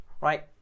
Right